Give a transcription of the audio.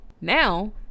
Now